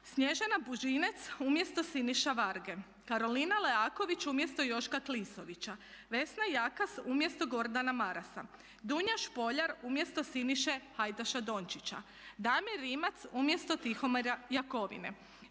Snježana Bužinec umjesto Siniše Varge, Karolina Leaković umjesto Joška Klisovića, Vesna Jakas umjesto Gordana Marasa, Dunja Špoljar umjesto Siniše Hajdaša-Dončića, Damir Rimac umjesto Tihomira Jakovine,